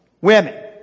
Women